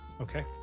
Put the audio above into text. Okay